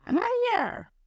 Higher